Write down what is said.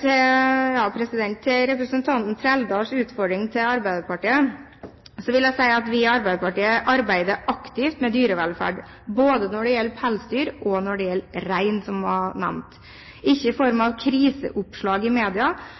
Til representanten Trældals utfordring til Arbeiderpartiet vil jeg si at vi i Arbeiderpartiet arbeider aktivt med dyrevelferd, både når det gjelder pelsdyr og når det gjelder rein, som var nevnt, ikke i form av kriseoppslag i media,